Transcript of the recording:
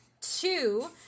Two